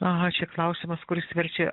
aha čia klausimas kuris verčia